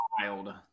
wild